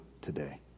today